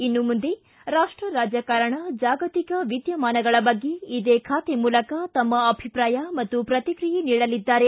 ಇನ್ನು ಮುಂದೆ ರಾಷ್ಟ ರಾಜಕಾರಣ ಜಾಗತಿಕ ವಿದ್ಯಮಾನಗಳ ಬಗ್ಗೆ ಇದೇ ಖಾತೆ ಮೂಲಕ ತಮ್ಮ ಅಭಿಪ್ರಾಯ ಮತ್ತು ಪ್ರತಿಕ್ರಿಯೆ ನೀಡಲಿದ್ದಾರೆ